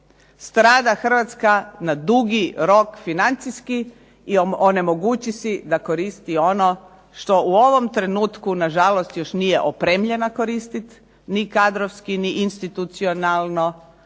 strada Hrvatska na dugi rok financijski i onemogući si da koristi ono što u ovom trenutku nažalost još nije opremljena koristiti ni kadrovski, ni institucionalno